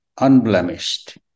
unblemished